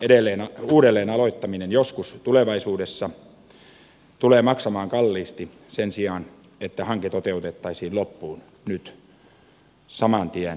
urakan uudelleen aloittaminen joskus tulevaisuudessa tulee maksamaan kalliisti sen sijaan että hanke toteutettaisiin loppuun nyt saman tien ja kunnolla